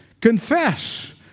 Confess